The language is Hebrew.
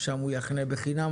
שם הוא יחנה בחינם,